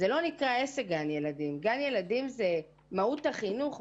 גן ילדים זה מהות החינוך,